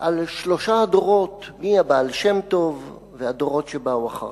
על שלושה דורות, מהבעל שם טוב והדורות שבאו אחריו.